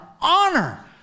honor